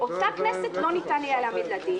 באותה כנסת לא ניתן יהיה להעמיד לדין,